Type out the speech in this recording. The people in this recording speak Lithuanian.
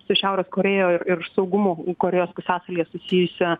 su šiaurės korėjo ir ir saugumu korėjos pusiasalyje susijusią